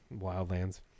Wildlands